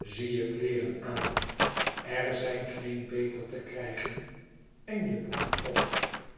zie je kleeren aan er zijn geen beter te krijgen en je boeken ook